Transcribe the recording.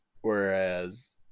Whereas